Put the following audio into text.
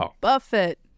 Buffett